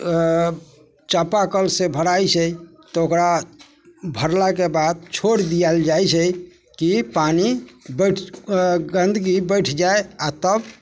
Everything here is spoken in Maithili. अऽ चापा कलसँ भराइ छै तऽ ओकरा भरलाके बाद छोड़ि दिअल जाइ छै कि पानि बैठ अऽ गन्दगी बैठ जाइ आओर तब